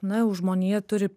na jau žmonija turi